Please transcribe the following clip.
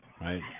right